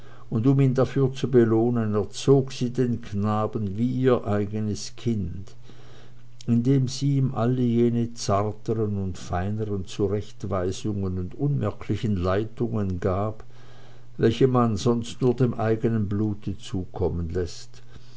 und um ihn dafür zu belohnen erzog sie den knaben wie ihr eigenes kind indem sie ihm alle jene zarteren und feineren zurechtweisungen und unmerklichen leitungen gab welche man sonst nur dem eigenen blute zukommen läßt